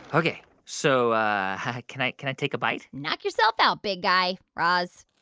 ok, so can i can i take a bite? knock yourself out big guy raz